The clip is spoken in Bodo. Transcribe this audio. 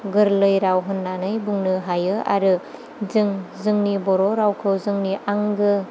गोरलै राव होन्नानै बुनो हायो आरो जों जोंनि बर' रावखौ जोंनि आंगो